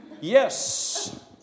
Yes